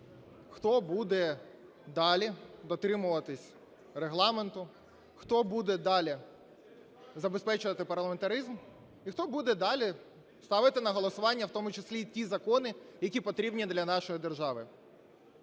хто буде далі дотримуватись Регламенту, хто буде далі забезпечувати парламентаризм і хто буде далі ставити на голосування в тому числі і ті закони, які потрібні для нашої держави.